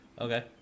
okay